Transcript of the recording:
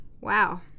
Wow